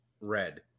red